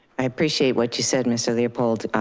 i appreciate what you said, mr. leopold,